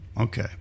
Okay